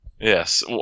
Yes